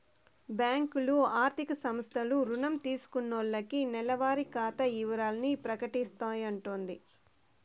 బ్యాంకులు, ఆర్థిక సంస్థలు రుణం తీసుకున్నాల్లకి నెలవారి ఖాతా ఇవరాల్ని ప్రకటిస్తాయంటోది